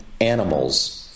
animals